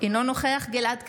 אינו נוכח גלעד קריב,